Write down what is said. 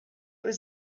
was